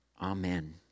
Amen